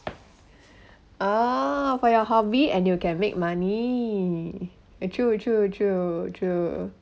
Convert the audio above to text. ah for your hobby and you can make money true true true true